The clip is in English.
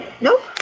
Nope